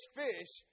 fish